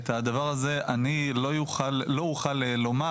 את הדבר הזה לא אוכל לומר.